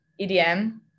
EDM